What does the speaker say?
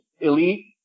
Elite